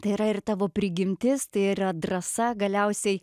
tai yra ir tavo prigimtis tai yra drąsa galiausiai